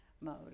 mode